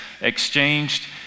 exchanged